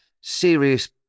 serious